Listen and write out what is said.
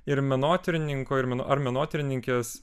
ir menotyrininko ir meno ar menotyrininkės